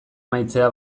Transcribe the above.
amaitzea